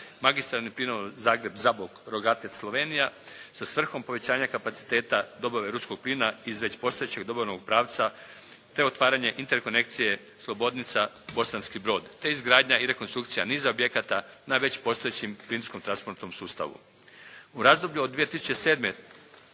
Magistralni plinovod Zagreb-Zabok-Rogatec-Slovenija sa svrhom povećanja kapaciteta dobave ruskog plina iz već postojećeg dobavnog pravca te otvaranje interkonekcije Slobodnica-Bosanski Brod te izgradnja i rekonstrukcija niza objekata na već postojećem plinsko transportnom sustavu. U razdoblju od 2007.